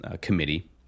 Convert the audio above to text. committee